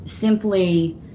simply